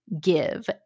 give